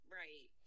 right